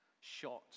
shot